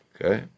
Okay